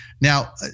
now